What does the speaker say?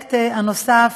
הפרויקט הנוסף